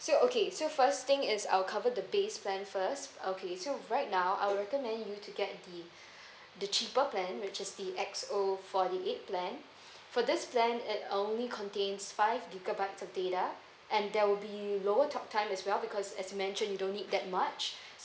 so okay so first thing is I'll cover the base plan first okay so right now I'll recommend you to get the the cheaper plan which is the X_O forty eight plan for this plan it only contains five gigabytes of data and there will be lower talk time as well because as you mentioned you don't need that much